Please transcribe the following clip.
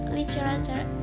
literature